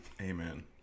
Amen